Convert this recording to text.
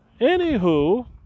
Anywho